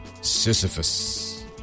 Sisyphus